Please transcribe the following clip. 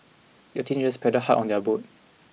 the teenagers paddled hard on their boat